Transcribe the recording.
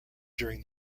during